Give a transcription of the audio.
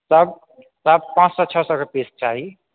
सब सब पाँच सए छओ सए के पीस चाही